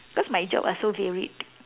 cause my job are so varied